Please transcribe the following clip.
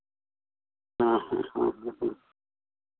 हाँ हाँ हाँ हाँ हाँ